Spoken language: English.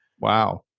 Wow